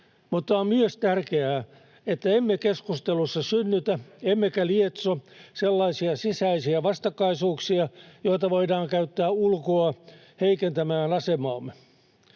mutta on myös tärkeää, että emme keskustelussa synnytä emmekä lietso sellaisia sisäisiä vastakkaisuuksia, joita voidaan käyttää ulkoa heikentämään asemaamme.